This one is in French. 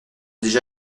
déjà